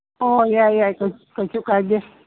ꯑꯣ ꯌꯥꯏ ꯌꯥꯏ ꯀꯩꯁꯨ ꯀꯥꯏꯗꯦ